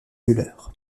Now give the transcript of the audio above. müller